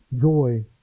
joy